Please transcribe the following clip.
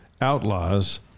outlaws